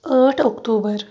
ٲٹھ اکتومبر